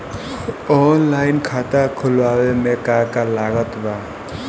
Online खाता खुलवावे मे का का लागत बा?